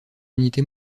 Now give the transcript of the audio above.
unité